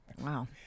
Wow